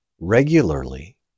regularly